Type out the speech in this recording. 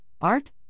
art